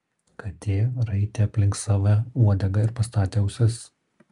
katė raitė aplink save uodegą ir pastatė ausis